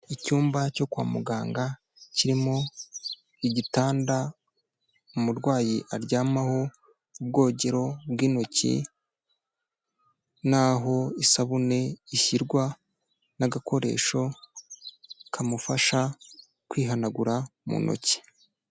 Icyumba cyo kwa muganga kirimo igitanda umurwayi aryamaho, ubwogero bw'intoki, naho isabune ishyirwa n'agakoresho kamufasha kwihanagura mu ntoki.